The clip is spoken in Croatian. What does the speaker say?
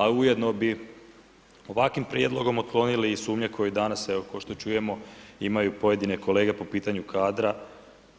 A ujedno bi ovakvim prijedlogom otklonili i sumnje koje danas, ko što čujemo imaju pojedine kolege po pitanju kadra,